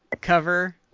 cover